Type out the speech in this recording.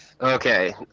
Okay